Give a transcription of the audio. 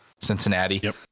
Cincinnati